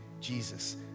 Jesus